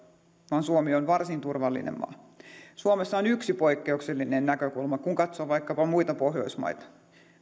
vaan suomi on varsin turvallinen maa suomessa on yksi poikkeuksellinen näkökulma kun katsoo vaikkapa muita pohjoismaita